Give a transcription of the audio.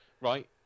Right